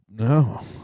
No